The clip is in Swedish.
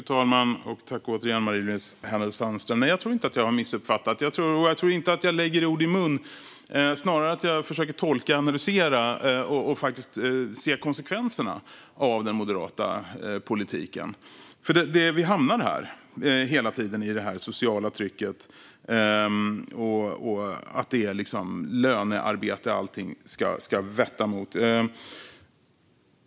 Fru talman! Nej, jag tror inte att jag har missuppfattat. Jag tror inte heller att jag lägger ord i någons mun. Snarare försöker jag tolka, analysera och se konsekvenserna av den moderata politiken. Vi hamnar nämligen hela tiden i det här sociala trycket och att det är lönearbete allting ska vetta mot.